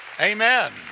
Amen